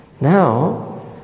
Now